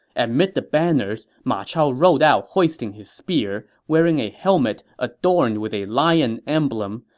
amid the banners, ma chao rode out hoisting his spear, wearing a helmet adorned with a lion emblem,